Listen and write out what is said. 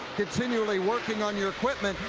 continually working on your equipment.